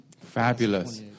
Fabulous